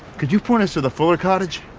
could you point us to the fuller cottage?